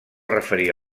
referir